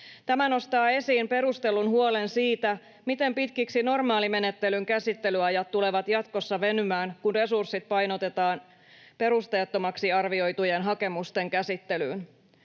Tämä nostaa esiin perustellun huolen siitä, miten pitkiksi normaalimenettelyn käsittelyajat tulevat jatkossa venymään, kun resurssit painotetaan perusteettomaksi arvioitujen hakemusten käsittelyyn.